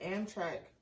Amtrak